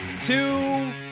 two